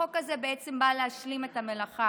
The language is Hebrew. החוק הזה בא להשלים את המלאכה.